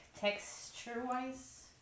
texture-wise